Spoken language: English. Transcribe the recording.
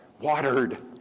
watered